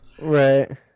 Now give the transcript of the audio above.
right